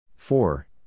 Four